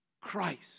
Christ